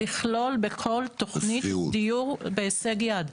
לכלול בכל תוכנית דיור בהישג יד,